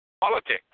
Politics